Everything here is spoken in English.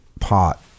pot